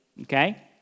Okay